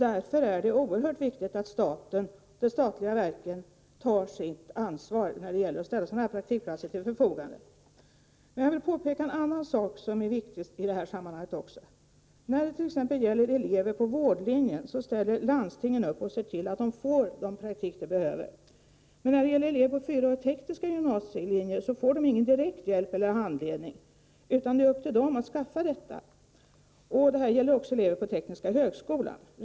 Därför är det också oerhört viktigt att de statliga verken tar sitt ansvar när det gäller att ställa praktikplatser till förfogande. Jag vill ta upp en annan sak som är viktig i det här sammanhanget. När det gäller vårdlinjen ställer landstingen upp och ser till att eleverna får den praktik som behövs. När det däremot gäller elever vid fyraåriga tekniska gymnasielinjer ges det ingen direkt hjälp eller handledning, utan det ålägger eleverna själva att ordna detta. Detsamma gäller elever vid Tekniska högskolan.